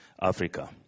Africa